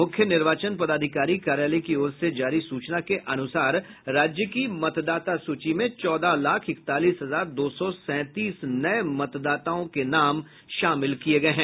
मुख्य निर्वाचन पदाधिकारी कार्यालय की ओर से जारी सूचना के अनुसार राज्य की मतदाता सूची में चौदह लाख इकतालीस हजार दो सौ सैंतीस नए मतदाताओं के नाम शामिल किये गये हैं